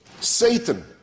Satan